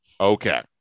okay